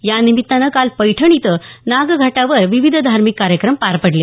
यानिमित्तानं काल पैठण इथं नागघाटावर विविध धार्मिक कार्यक्रम पार पडले